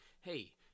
hey